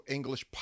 English